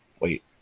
wait